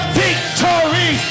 victory